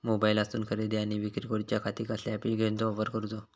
मोबाईलातसून खरेदी आणि विक्री करूच्या खाती कसल्या ॲप्लिकेशनाचो वापर करूचो?